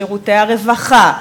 שירותי הרווחה,